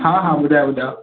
हा हा ॿुधायो ॿुधायो